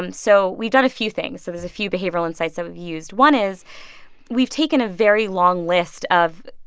um so we've done a few things. so there's a few behavioral insights that we used. one is we've taken a very long list of,